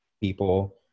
people